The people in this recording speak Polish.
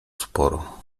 sporo